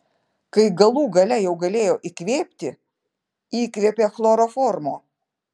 kai galų gale jau galėjo įkvėpti įkvėpė chloroformo